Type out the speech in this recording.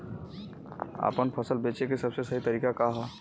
आपन फसल बेचे क सबसे सही तरीका का ह?